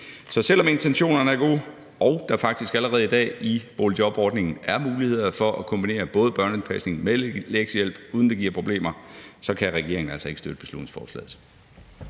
Så selv om intentionerne er gode, og fordi der faktisk allerede i dag i boligjobordningen er muligheder for at kombinere børnepasning med lektiehjælp, uden det giver problemer, kan regeringen altså ikke støtte beslutningsforslaget.